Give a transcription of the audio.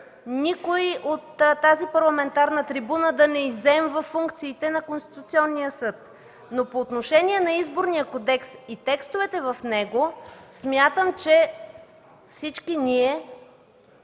никой от тази парламентарна трибуна да не изземва функциите на Конституционния съд. Но по отношение на Изборния кодекс и текстовете в него смятам, че всички ние